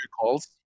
calls